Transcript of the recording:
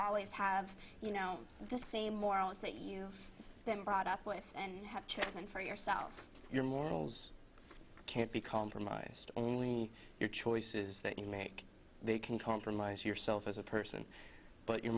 always have you know the same morals that you them brought up with and have chosen for yourself your morals can't be compromised only in your choices that you make they can compromise yourself as a person but your